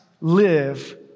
live